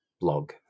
blog